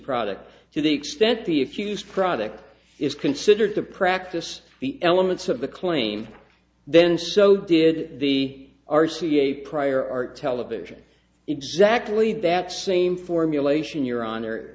products to the extent the accused product is considered to practice the elements of the claim then so did the r c a prior art television exactly that same formulation your honor